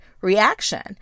reaction